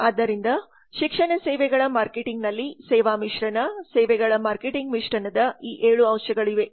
ಆದ್ದರಿಂದ ಶಿಕ್ಷಣ ಸೇವೆಗಳ ಮಾರ್ಕೆಟಿಂಗ್ನಲ್ಲಿ ಸೇವಾ ಮಿಶ್ರಣ ಸೇವೆಗಳ ಮಾರ್ಕೆಟಿಂಗ್ ಮಿಶ್ರಣದ ಈ ಏಳು ಅಂಶಗಳಿವೆ